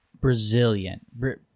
brazilian